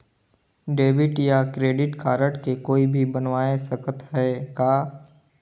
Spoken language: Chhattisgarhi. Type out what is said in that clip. डेबिट या क्रेडिट कारड के कोई भी बनवाय सकत है का?